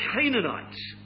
Canaanites